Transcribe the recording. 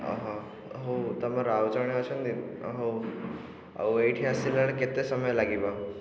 ଅ ହ ହଉ ତୁମର ଆଉ ଜଣେ ଅଛନ୍ତି ହଉ ଆଉ ଏଇଠି ଆସିଲା ବେଳେ କେତେ ସମୟ ଲାଗିବ